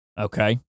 Okay